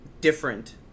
different